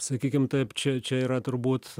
sakykim taip čia čia yra turbūt